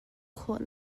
khawh